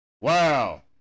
Wow